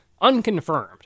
unconfirmed